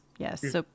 Yes